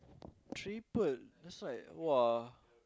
triple that's like !wah!